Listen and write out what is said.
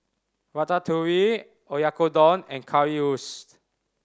Ratatouille Oyakodon and Currywurst